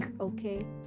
okay